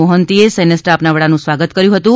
મોફન્તીએ સૈન્યના સ્ટાફના વડાનું સ્વાગત કર્યું હતું